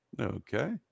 Okay